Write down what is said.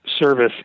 service